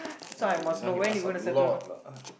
I this one you ask a lot lah